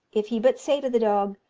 if he but say to the dog,